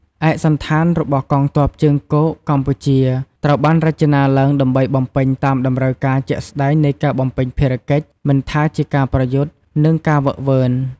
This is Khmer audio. ឯកសណ្ឋានរបស់កងទ័ពជើងគោកកម្ពុជា ត្រូវបានរចនាឡើងដើម្បីបំពេញតាមតម្រូវការជាក់ស្ដែងនៃការបំពេញភារកិច្ច មិនថាជាការប្រយុទ្ធ និងការហ្វឹកហ្វឺន។